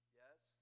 yes